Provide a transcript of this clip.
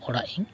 ᱚᱲᱟᱜ ᱤᱧ